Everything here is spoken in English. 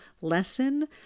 lesson